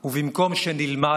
ובמקום שנלמד,